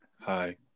Hi